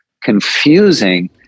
confusing